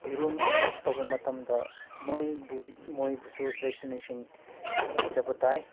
ꯌꯦꯔꯨꯝ ꯍꯦꯆ ꯇꯧꯕ ꯃꯇꯝꯗ ꯃꯣꯏꯕꯨꯁꯨ ꯚꯦꯛꯁꯤꯅꯦꯁꯟ ꯄꯤꯖꯕ ꯇꯥꯏ